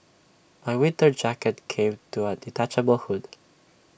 my winter jacket came to A detachable hood